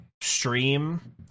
stream